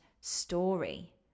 story